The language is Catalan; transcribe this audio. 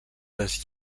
les